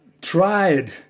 tried